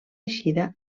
eixida